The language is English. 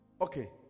Okay